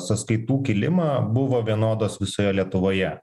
sąskaitų kilimą buvo vienodos visoje lietuvoje